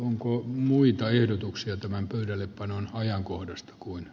onko muita ehdotuksia tämän pöydällepanon ajankohdasta kuin